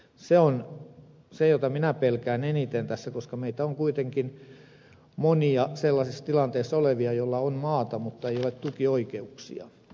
se on se mitä minä pelkään eniten tässä koska meitä on kuitenkin monia sellaisessa tilanteessa olevia joilla on maata mutta ei ole tukioikeuksia